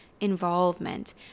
involvement